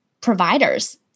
providers